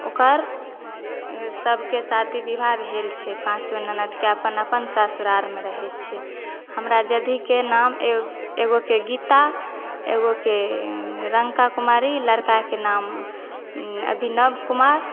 ओकर सभके शादी विवाह भेल छै पाँचो ननदिके अपन अपन ससुरालमे रहैत छै हमरा जैधीके नाम एगोके गीता एगोके रंका कुमारी लड़काके नाम अभिनव कुमार